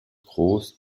groß